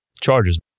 charges